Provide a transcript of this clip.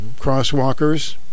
crosswalkers